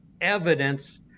evidence